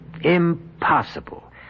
impossible